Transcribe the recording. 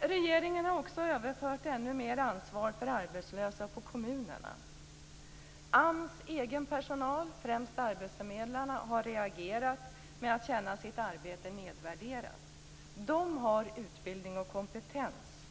Regeringen har också överfört ännu mer ansvar för arbetslösa på kommunerna. AMS egen personal, främst arbetsförmedlarna, har reagerat med att känna sitt arbete nedvärderat. De har utbildning och kompetens,